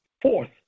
Fourth